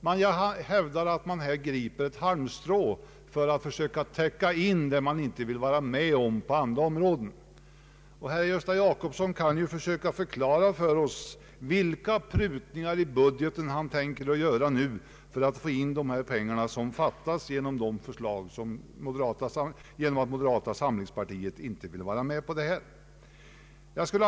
Jag hävdar att man här griper efter ett halmstrå för att söka täcka in det man inte vill vara med om på andra områden. Herr Jacobsson kan ju försöka klara ut för oss vilka prutningar i budgeten han tänker göra nu för att få in de pengar som fattas genom att moderata samlingspartiet inte vill vara med om regeringens förslag.